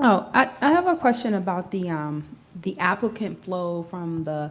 ah i have a question about the um the applicant flow from the